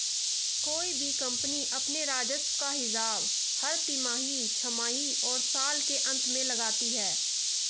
कोई भी कम्पनी अपने राजस्व का हिसाब हर तिमाही, छमाही और साल के अंत में लगाती है